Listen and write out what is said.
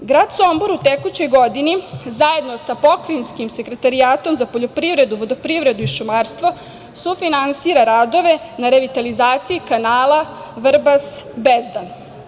Grad Sombor u tekućoj godini zajedno sa pokrajinskim sekretarijatom za poljoprivredu, vodoprivredu i šumarstvo sufinansira radove na revitalizaciji kanala Vrbas-Bezdan.